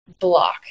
block